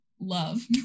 love